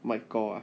michael ah